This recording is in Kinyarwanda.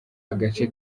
agace